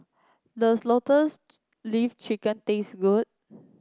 does Lotus Leaf Chicken taste good